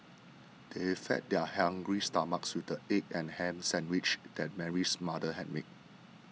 they fed their hungry stomachs with the egg and ham sandwiches that Mary's mother had made